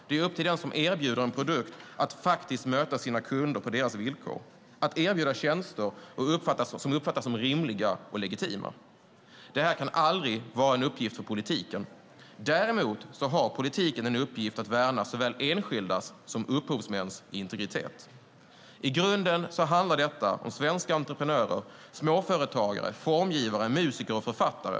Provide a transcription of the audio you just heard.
Det är upp till den som erbjuder en produkt att möta sina kunder på deras villkor och att erbjuda tjänster som uppfattas som rimliga och legitima. Detta kan aldrig vara en uppgift för politiken. Däremot har politiken en uppgift att värna såväl enskildas som upphovsmäns integritet. I grunden handlar detta om svenska entreprenörer, småföretagare, formgivare, musiker och författare.